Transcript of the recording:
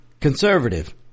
conservative